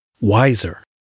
Wiser